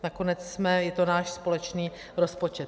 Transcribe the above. Nakonec je to náš společný rozpočet.